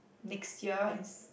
next year in s~